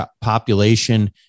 population